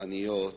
הגזעניות